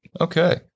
Okay